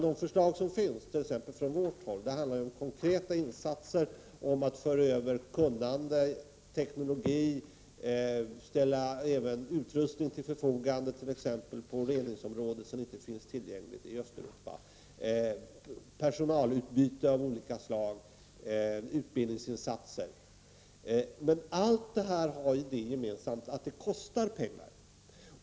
De förslag som finns, t.ex. från vårt håll, handlar om konkreta insatser, om att föra över kunnande och teknologi, om att ställa utrustning till förfogande — t.ex. på reningsområdet — som inte finns tillgänglig i Östeuropa. Det handlar också om personalutbyte av olika slag och om utbildningsinsatser. Men gemensamt för allt detta är att det kostar pengar.